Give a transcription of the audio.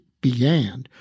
began